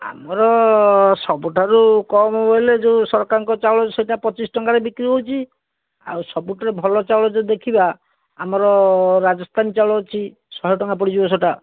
ଆମର ସବୁଠାରୁ କମ୍ ବୋଇଲେ ଯେଉଁ ସରକାରଙ୍କ ଚାଉଳ ସେଇଟା ପଚିଶ ଟଙ୍କାରେ ବିକ୍ରି ହେଉଛି ଆଉ ସବୁଠାରୁ ଭଲ ଚାଉଳ ଯଦି ଦେଖିବା ଆମର ରାଜସ୍ଥାନ ଚାଉଳ ଅଛି ଶହେ ଟଙ୍କା ପଡ଼ିଯିବ ସେଇଟା